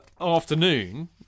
afternoon